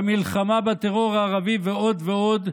במלחמה בטרור הערבי ועוד ועוד,